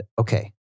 okay